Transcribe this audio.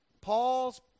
Paul's